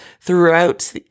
throughout